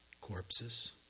Corpses